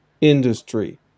industry